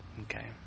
Okay